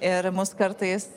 ir mus kartais